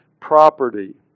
property